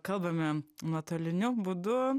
kalbame nuotoliniu būdu